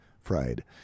fried